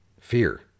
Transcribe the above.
fear